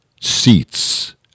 seats